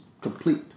complete